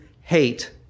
hate